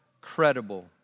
credible